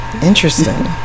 Interesting